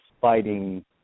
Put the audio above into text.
fighting